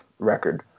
record